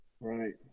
Right